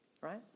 right